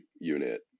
unit